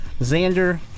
Xander